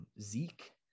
Zeke